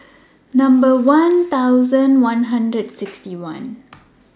Number one thousand one hundred sixty one